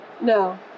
no